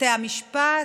בתי המשפט.